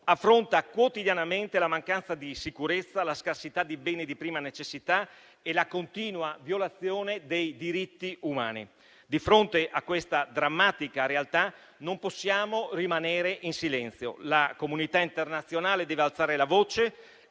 affronta quotidianamente la mancanza di sicurezza, la scarsità di beni di prima necessità e la continua violazione dei diritti umani. Di fronte a questa drammatica realtà non possiamo rimanere in silenzio. La comunità internazionale deve alzare la voce